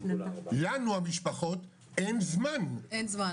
לנו המשפחות אין זמן,